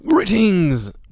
Greetings